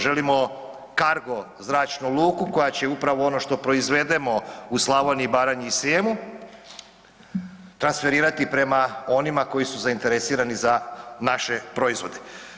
Želimo cargo zračnu luku koja će upravo ono što proizvedemo u Slavoniji, Baranji i Srijemu transferirati prema onima koji su zainteresirani za naše proizvode.